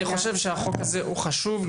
אני חושב שהחוק הזה הוא חשוב.